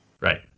Right